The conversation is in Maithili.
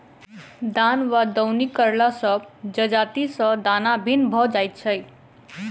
दौन वा दौनी करला सॅ जजाति सॅ दाना भिन्न भ जाइत छै